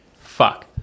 fuck